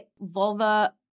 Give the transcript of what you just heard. vulva